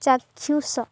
ଚାକ୍ଷୁଷ